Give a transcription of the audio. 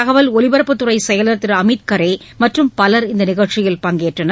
தகவல் ஒலிபரப்புத் துறை செயலர் திரு அமித் கரே மற்றும் பலர் இந்த நிகழ்ச்சியில் பங்கேற்றனர்